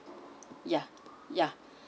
yeah yeah